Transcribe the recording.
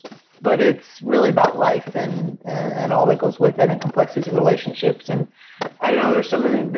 but it's really about life, and and and all that goes with it, and complexities in relationships. and and there's something